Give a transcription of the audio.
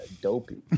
dopey